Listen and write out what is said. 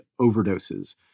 overdoses